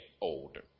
older